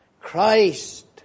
Christ